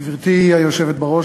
גברתי היושבת בראש,